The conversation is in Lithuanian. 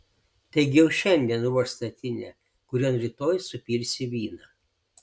taigi jau šiandien ruošk statinę kurion rytoj supilsi vyną